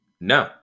No